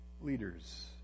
leaders